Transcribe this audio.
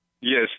Yes